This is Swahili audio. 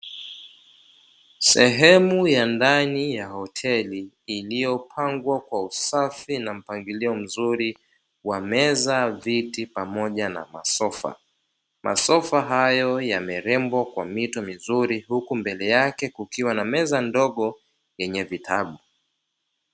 Sehemu ya ndani ya hoteli imepangwa vizuri na kwa ustadi mkubwa wa kupendeza kukiwa na meza nzuri iliyopangwa ili kuonekana na kuvutia wateja